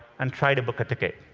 and try to book a ticket.